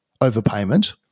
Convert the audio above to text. overpayment